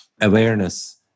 awareness